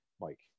Mike